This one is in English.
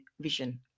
vision